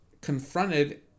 confronted